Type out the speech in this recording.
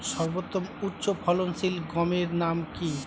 সর্বতম উচ্চ ফলনশীল গমের নাম কি?